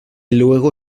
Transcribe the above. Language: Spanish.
luego